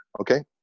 okay